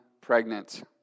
pregnant